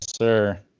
sir